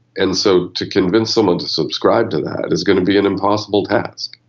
and so to convince someone to subscribe to that is going to be an impossible task.